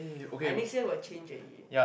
I next year will change already